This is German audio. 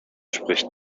spricht